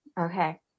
Okay